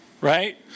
right